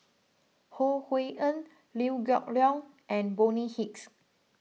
Ho Hui An Liew Geok Leong and Bonny Hicks